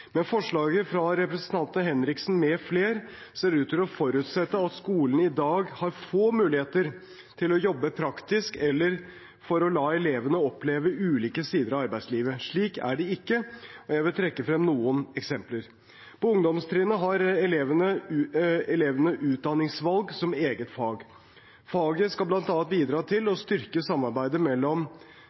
Men forslaget fra representanten Henriksen med flere ser ut til å forutsette at skolen i dag har få muligheter til å jobbe praktisk eller å la elevene oppleve ulike sider av arbeidslivet. Slik er det ikke, og jeg vil trekke frem noen eksempler. På ungdomstrinnet har elevene utdanningsvalg som eget fag. Faget skal bl.a. bidra til å styrke samarbeidet mellom